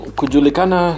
kujulikana